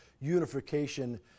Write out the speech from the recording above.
unification